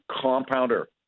compounder